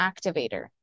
activator